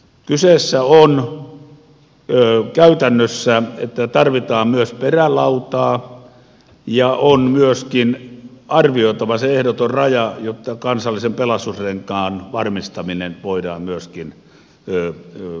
kyseessä on käytännössä se että tarvitaan myös perälautaa ja on myöskin arvioitava se ehdoton raja jotta kansallisen pelastusrenkaan varmistamisesta voidaan myöskin huolehtia